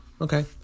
Okay